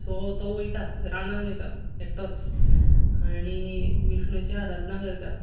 so तो वयता रानांत वयता एकटोच आनी विष्णूची आराधना करता